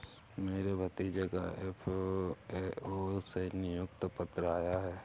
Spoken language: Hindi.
मेरे भतीजे का एफ.ए.ओ से नियुक्ति पत्र आया है